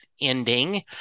ending